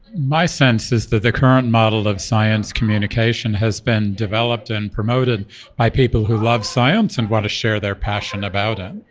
my sense is that the current model of science communication has been developed and promoted by people who love science and want to share their passion about it.